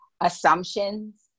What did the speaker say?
assumptions